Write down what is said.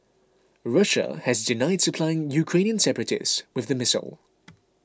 Russia has denied supplying Ukrainian separatists with the missile